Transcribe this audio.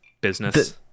business